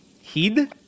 Heed